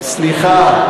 לא על זה מדובר.